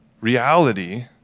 reality